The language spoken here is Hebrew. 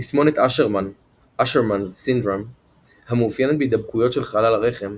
תסמונת אשרמן asherman's syndrome המאופיינת בהידבקויות של חלל הרחם,